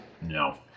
No